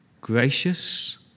gracious